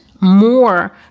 more